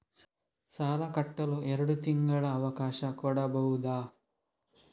ಸಾಲ ಕಟ್ಟಲು ಎರಡು ತಿಂಗಳ ಅವಕಾಶ ಕೊಡಬಹುದಾ?